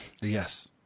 Yes